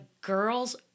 girls